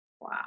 wow